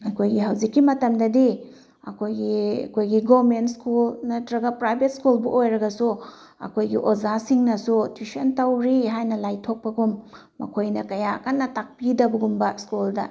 ꯑꯩꯈꯣꯏꯒꯤ ꯍꯧꯖꯤꯛꯀꯤ ꯃꯇꯝꯗꯗꯤ ꯑꯩꯈꯣꯏꯒꯤ ꯑꯩꯈꯣꯏꯒꯤ ꯒꯣꯃꯦꯟ ꯁ꯭ꯀꯨꯜ ꯅꯠꯇꯔꯒ ꯄ꯭ꯔꯥꯏꯚꯦꯠ ꯁ꯭ꯀꯜꯕꯨ ꯑꯣꯏꯔꯒꯁꯨ ꯑꯩꯈꯣꯏꯒꯤ ꯑꯣꯖꯥꯁꯤꯡꯅꯁꯨ ꯇ꯭ꯋꯤꯁꯟ ꯇꯧꯔꯤ ꯍꯥꯏꯅ ꯂꯥꯏꯊꯣꯛꯄꯒꯨꯝ ꯃꯈꯣꯏꯅ ꯀꯌꯥ ꯀꯟꯅ ꯇꯥꯛꯄꯤꯗꯕꯒꯨꯝꯕ ꯁ꯭ꯀꯨꯜꯗ